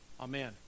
Amen